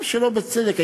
גם שלא בצדק.